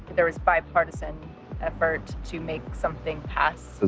there was bipartisan effort to make something pass?